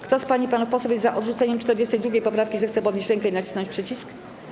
Kto z pań i panów posłów jest za odrzuceniem 42. poprawki, zechce podnieść rękę i nacisnąć przycisk.